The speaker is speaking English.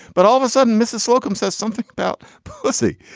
but all of a sudden mrs. slocombe says something about policy.